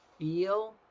Feel